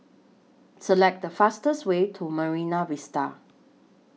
Select The fastest Way to Marine Vista